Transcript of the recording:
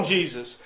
Jesus